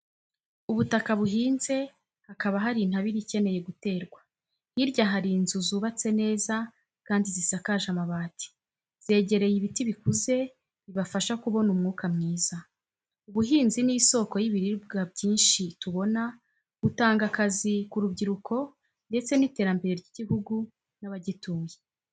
Ubutaka buhinze, hakaba hari intabire ikeneye guterwa. Hirya hari inzu zubatse neza kandi zisakaje amabati, zegereye ibiti bikuze bibafasha kubona umwuka mwiza. Ubuhinzi ni isoko y'ibiribwa byinshi tubona, butanga akazi ku rubyiruko, ndetse n'iterambere ry'igihugu n'abagituye.